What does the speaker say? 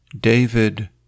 David